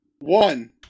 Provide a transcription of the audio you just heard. One